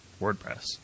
WordPress